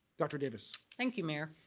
dr. davis. thank you mayor.